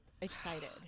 excited